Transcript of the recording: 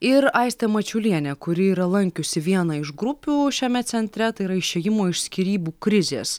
ir aistė mačiulienė kuri yra lankiusi vieną iš grupių šiame centre tai yra išėjimo iš skyrybų krizės